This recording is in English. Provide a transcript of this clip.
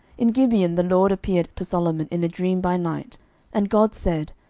in gibeon the lord appeared to solomon in a dream by night and god said,